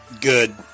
good